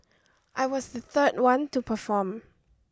I was the third one to perform